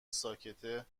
ساکته